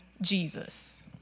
Jesus